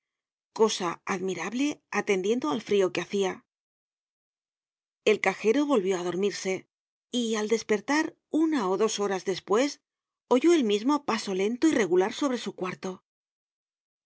cosa admirable atendiendo al frio que hacia el cajero volvió á dormirse y al despertar una ó dos horas despues oyó el mismo paso lento y regular sobre su cuarto